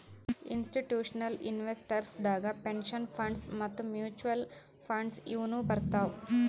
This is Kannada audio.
ಇಸ್ಟಿಟ್ಯೂಷನಲ್ ಇನ್ವೆಸ್ಟರ್ಸ್ ದಾಗ್ ಪೆನ್ಷನ್ ಫಂಡ್ಸ್ ಮತ್ತ್ ಮ್ಯೂಚುಅಲ್ ಫಂಡ್ಸ್ ಇವ್ನು ಬರ್ತವ್